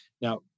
Now